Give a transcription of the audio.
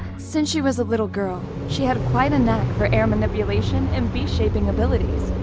since she was a little girl, she had quite a knack for air manipulation and beast shaping abilities.